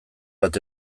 bat